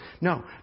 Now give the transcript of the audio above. no